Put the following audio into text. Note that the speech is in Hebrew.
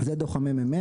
זה דוח ה-מ.מ.מ.